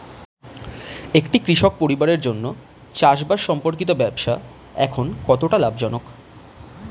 একটি কৃষক পরিবারের জন্য চাষবাষ সম্পর্কিত ব্যবসা এখন কতটা লাভজনক?